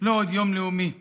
לא עוד יום לאומי רגיל,